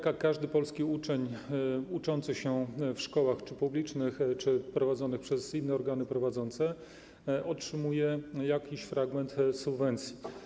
Każdy polski uczeń uczący się w szkołach publicznych czy prowadzonych przez inne organy prowadzące otrzymuje jakąś część subwencji.